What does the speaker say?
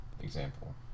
example